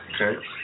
Okay